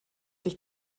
sich